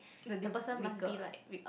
the deal maker